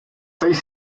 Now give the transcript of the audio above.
seis